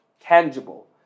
tangible